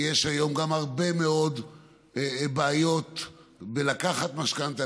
ויש היום גם הרבה בעיות בלקחת משכנתה,